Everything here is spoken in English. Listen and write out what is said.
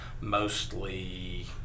mostly